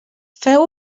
feu